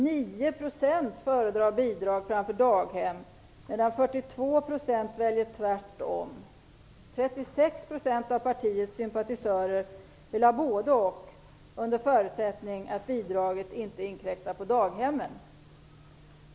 9 % föredrar bidrag framför daghem, medan 42 % väljer motsatt lösning. 36 % av partiets sympatisörer vill ha både-och under förutsättning att bidraget inte inkräktar på daghemmen.